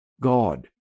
God